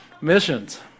Missions